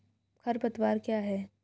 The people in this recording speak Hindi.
खरपतवार क्या है?